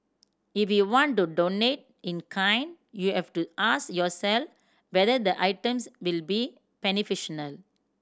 if you want to donate in kind you have to ask yourself whether the items will be beneficial no